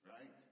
right